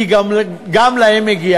כי גם להם מגיע.